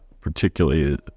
particularly